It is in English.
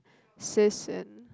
sis and